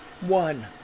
One